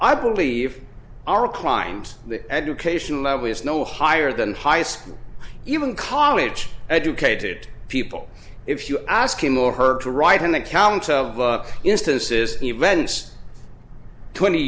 i believe are crimes that education level is no higher than highest even college educated people if you ask him or her to write an account of instances events twenty